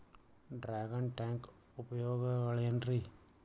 Dragon tank ಉಪಯೋಗಗಳೆನ್ರಿ?